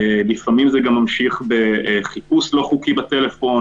לפעמים זה גם ממשיך בחיפוש לא חוקי בטלפון,